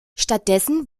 stattdessen